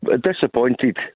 disappointed